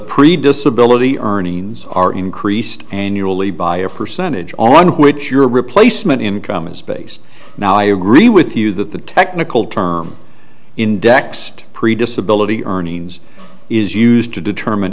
previous ability earnings are increased annually by a percentage on which your replacement income is based now i agree with you that the technical term indexed pre disability earnings is used to determine